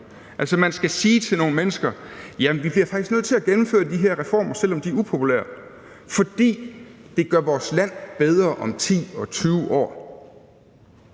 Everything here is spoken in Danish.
man skal sige til nogle mennesker, at jamen vi bliver faktisk nødt til at gennemføre de her reformer, selv om de er upopulære, fordi det gør vores land bedre om 10 og 20 år.